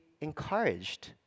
encouraged